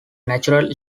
natural